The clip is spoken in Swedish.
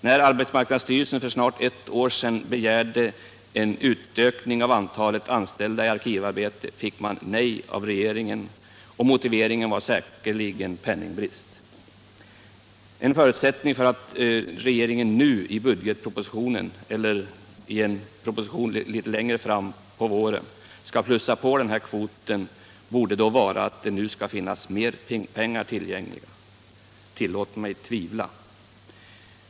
När arbetsmarknadsstyrelsen för snart ett år sedan begärde en utökning av antalet anställda i arkivarbete fick man nej av regeringen, och motiveringen var säkerligen penningbrist. En förutsättning för att regeringen nu i budgetpropositionen eller i en proposition längre fram under våren skall plussa på den här kvoten borde då vara att det skall finnas mer pengar tillgängliga. Tillåt mig tvivla!